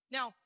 Now